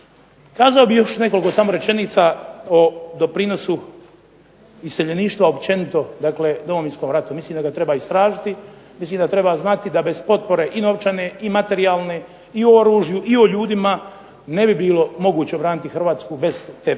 Kazao bih još samo nekoliko rečenica o doprinosu iseljeništva općenito o Domovinskom ratu. Mislim da ga treba istražiti, mislim da treba znati da bez potpore i novčane i materijalne i u oružju i u ljudima ne bi bilo moguće obraniti Hrvatsku bez te potpore.